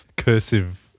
Cursive